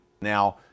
Now